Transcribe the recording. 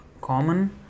common